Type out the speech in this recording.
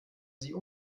sie